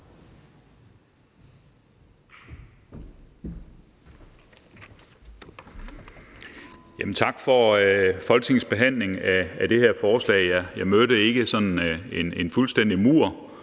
Tak for Folketingets behandling af det her forslag. Jeg mødte ikke sådan en fuldstændig mur,